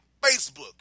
Facebook